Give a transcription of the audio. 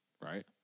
Right